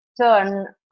turn